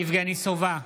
יבגני סובה,